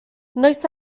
noiz